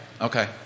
Okay